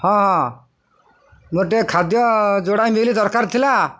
ହଁ ହଁ ମୋର ଟିକେ ଖାଦ୍ୟ ଯୋଡ଼ାଏ ମିଲ୍ ଦରକାର ଥିଲା